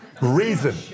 Reason